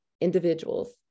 individuals